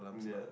yeah